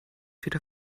wieder